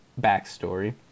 backstory